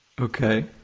Okay